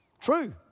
True